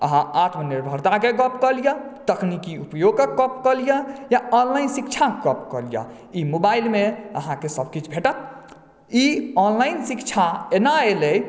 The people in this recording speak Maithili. अहाँ आत्मनिर्भरता के गप कऽ लिअ तकनीकि उपयोगक गप कऽ लिअ या ऑनलाइन शिक्षा के गप कऽ लिअ ई मोबाइल मे अहाँके सबकिछु भेटत ई ऑनलाइन शिक्षा एना एलै